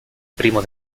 primo